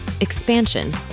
expansion